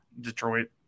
Detroit